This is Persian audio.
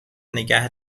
نگه